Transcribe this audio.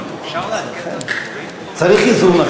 ושוב נדרשנו לתקן חוק-יסוד.